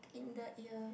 in the ear